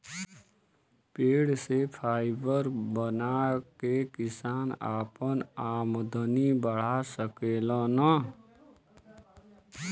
पेड़ से फाइबर बना के किसान आपन आमदनी बढ़ा सकेलन